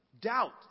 Doubt